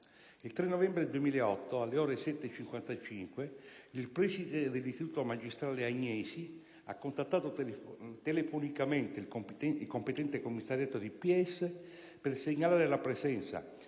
il 3 novembre 2008, alle ore 7,55, il preside dell'Istituto magistrale "Agnesi" ha contattato telefonicamente il competente commissariato di pubblica sicurezza per segnalare la presenza,